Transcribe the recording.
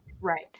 right